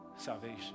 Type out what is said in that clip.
salvation